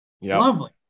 Lovely